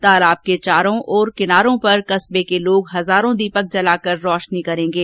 तालाब के चारों और किनारों पर कस्बे के लोग हजारों दीपक जलाकर राशेनी करेंगे